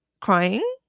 crying